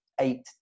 eight